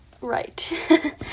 Right